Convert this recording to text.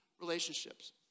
relationships